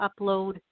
upload